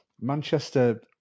Manchester